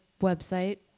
website